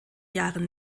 jahren